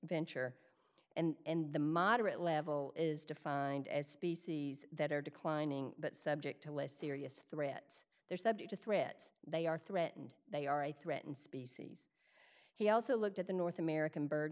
venture venture and the moderate level is defined as species that are declining but subject to less serious threats they're subject to threat they are threatened they are a threatened species he also looked at the north american bird